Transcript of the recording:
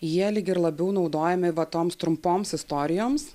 jie lyg ir labiau naudojami va toms trumpoms istorijoms